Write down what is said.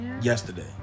yesterday